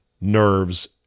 nerves